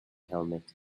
helmet